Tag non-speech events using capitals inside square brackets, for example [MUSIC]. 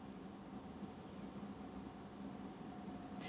[BREATH]